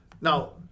Now